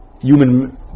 human